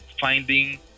finding